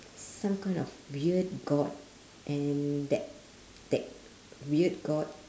some kind of weird god and that that weird god